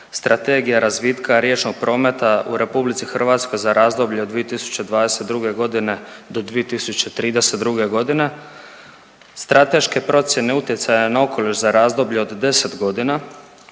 Strategije razvitka riječnog prometa u Republici Hrvatskoj za razdoblje od 2022. godine do 2032. godine. Strateške procjene utjecaja na okoliš za razdoblje od 10 godina